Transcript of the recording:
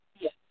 Yes